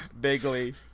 Bigly